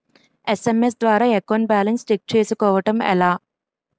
SMS ద్వారా account balance check చేసుకోవటం ఎలా?